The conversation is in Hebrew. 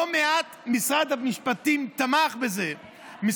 משרד המשפטים תמך בזה לא מעט.